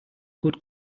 good